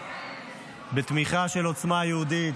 בתמיכה של עוצמה יהודית,